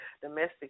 domestic